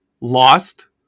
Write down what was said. Lost